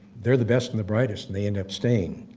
they're the best and the brightest and they end up staying.